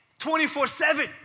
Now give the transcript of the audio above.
24-7